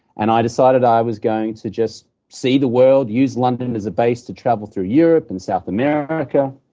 and i decided i was going to just see the world, use london as a base to travel through europe and south america.